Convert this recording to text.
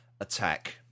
attack